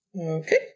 Okay